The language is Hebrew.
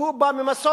והוא בא ממסורת